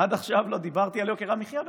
עד עכשיו לא דיברתי על יוקר המחיה בכלל.